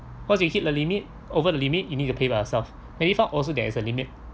once you hit the limit over the limit you need to pay by yourself and if up also there is a limit